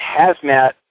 Hazmat